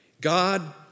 God